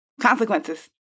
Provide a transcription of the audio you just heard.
Consequences